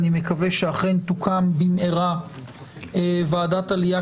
אני מקווה שאכן תוקם במהרה ועדת העלייה,